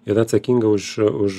yra atsakinga už už